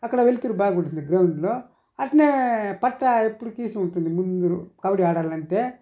అక్కడ వెలుతురు బాగా ఉంటుంది గ్రౌండ్లో అట్నే పట్టా ఎప్పుడు తీసి ఉంటుంది ముందురే కబడి ఆడలంటే